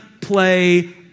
play